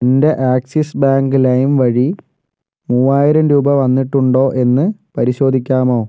എൻ്റെ ആക്സിസ് ബാങ്ക് ലൈം വഴി മൂവായിരം രൂപ വന്നിട്ടുണ്ടോ എന്ന് പരിശോധിക്കാമോ